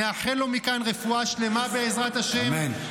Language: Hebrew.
נאחל לו מכאן רפואה שלמה, בעזרת השם, אמן.